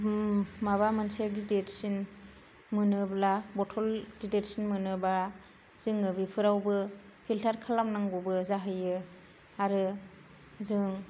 माबा मोनसे गिदिर सिन बथल गिदिरसिन मोनोब्ला जोङो बेफोरावबो फिलतार खालामनांगौ बो जाहैयो आरो जों